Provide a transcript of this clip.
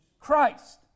christ